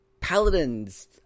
Paladins